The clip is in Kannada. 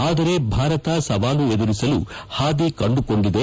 ಆದರೆ ಭಾರತ ಸವಾಲು ಎದುರಿಸಲು ಹಾದಿ ಕಂಡುಕೊಂಡಿದೆ